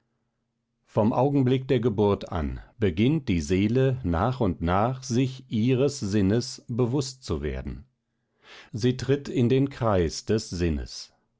vom augenblick der geburt an beginnt die seele nach und nach sich ihres sinnes bewußt zu werden sie tritt in den kreis des sinnes